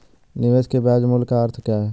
निवेश के ब्याज मूल्य का अर्थ क्या है?